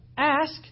Ask